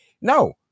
No